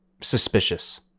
suspicious